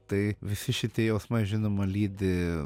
tai visi šitie jausmai žinoma lydi